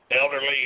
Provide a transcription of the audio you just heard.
elderly